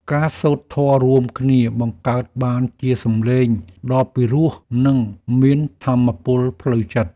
ការសូត្រធម៌រួមគ្នា បង្កើតបានជាសម្លេងដ៏ពិរោះ និងមានថាមពលផ្លូវចិត្ត។